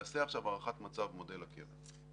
תעשה עכשיו הערכת מצב מודל הקבע,